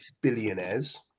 billionaires